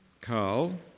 Carl